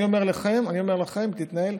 אני אומר לכם: נתנהל,